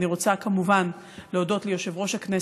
אני רוצה, כמובן, להודות ליושב-ראש הכנסת,